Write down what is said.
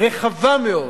רחבה מאוד,